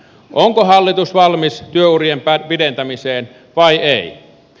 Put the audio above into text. onko hallitus valmis työurien pidentämiseen vai ei